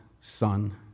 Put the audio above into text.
son